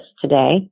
today